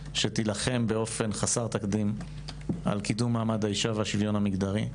שתילחם באפן חסר תקדים על קידום מעמד האישה ועל השוויון המגדרי,